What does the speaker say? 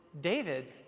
David